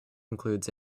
includes